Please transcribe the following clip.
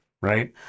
right